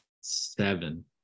seven